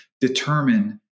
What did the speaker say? determine